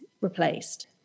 replaced